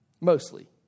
Mostly